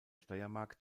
steiermark